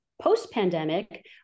Post-pandemic